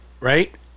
right